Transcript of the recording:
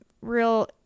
real